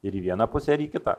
ir į vieną pusę ir į kitą